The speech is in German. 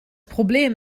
problem